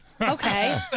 Okay